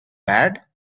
bad